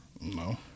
No